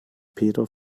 peter